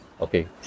okay